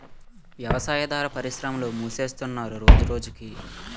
వ్యవసాయాదార పరిశ్రమలు మూసేస్తున్నరు రోజురోజకి